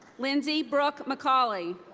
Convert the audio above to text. lindsey brooke mccaulley.